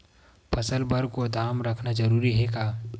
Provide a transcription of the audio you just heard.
फसल बर गोदाम रखना जरूरी हे का?